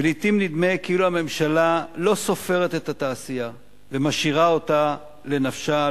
ולעתים נדמה כאילו הממשלה לא סופרת את התעשייה ומשאירה אותה לנפשה,